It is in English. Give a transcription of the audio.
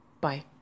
bye